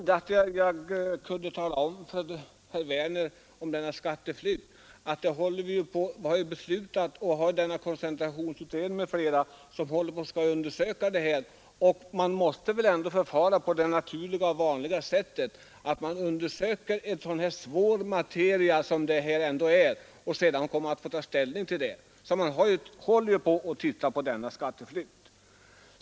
Herr talman! Jag trodde att jag hade klargjort för herr Werner i Tyresö hur det förhåller sig med denna skatteflykt. Vi har ju koncentrationsutredningen och andra utredningar som håller på med att undersöka frågan, och man måste väl ändå förfara på det naturliga och vanliga sättet, nämligen undersöka en så svår materia som detta ändå är för att sedan ta ställning. Man håller alltså på att undersöka denna skatteflykt.